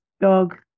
dog